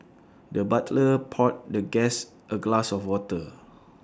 the butler poured the guest A glass of water